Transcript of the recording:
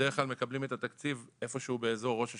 ובדרך כלל מקבלים את התקציב איפה שהוא באזור ראש השנה.